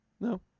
No